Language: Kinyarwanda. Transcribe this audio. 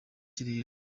ikirere